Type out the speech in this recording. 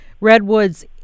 redwoods